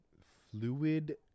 fluid